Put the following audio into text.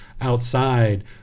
outside